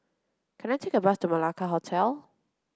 can I take a bus to Malacca Hotel